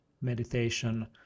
meditation